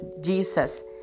Jesus